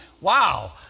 wow